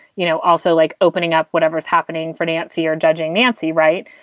you know, also like opening up whatever is happening for nancy or judging nancy. right.